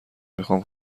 میخوام